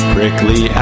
Prickly